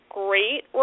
great